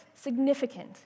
Significant